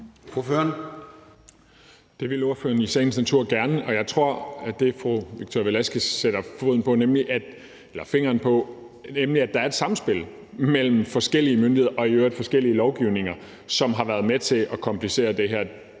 Det vil ordføreren i sagens natur gerne, og jeg tror, at det, fru Victoria Velasquez sætter fingeren på, nemlig at der er et sammenspil mellem forskellige myndigheder og i øvrigt forskellige lovgivninger, hvilket har været med til at komplicere det her, også er